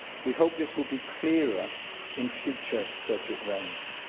we hope this will be clearer in future budget rounds.